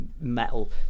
metal